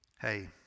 Hey